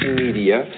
media